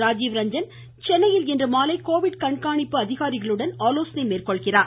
ராஜீவ் ரஞ்சன் சென்னையில் இன்றுமாலை கோவிட் கண்காணிப்பு அதிகாரிகளுடன் ஆலோசனை மேற்கொள்கிறார்